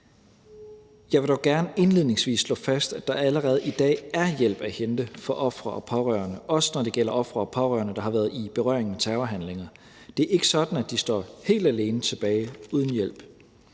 Jeg vil dog gerne indledningsvis slå fast, at der allerede i dag er hjælp at hente for ofre og pårørende, også når det gælder ofre og pårørende, der har været i berøring med terrorhandlinger. Det er ikke sådan, at de står helt alene tilbage uden hjælp.